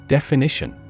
Definition